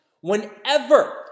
whenever